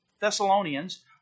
Thessalonians